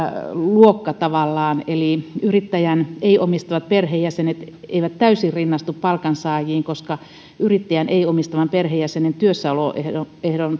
luokka eli yrittäjän ei omistavat perheenjäsenet eivät täysin rinnastu palkansaajiin koska yrittäjän ei omistavan perheenjäsenen työssäoloehdon